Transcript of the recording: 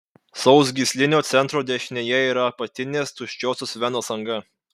sausgyslinio centro dešinėje yra apatinės tuščiosios venos anga